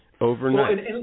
overnight